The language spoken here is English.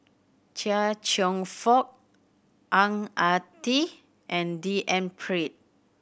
Chia Cheong Fook Ang Ah Tee and D N Pritt